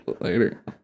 later